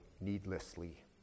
needlessly